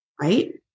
Right